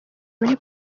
muri